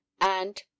and